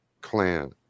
clan